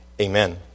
Amen